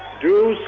do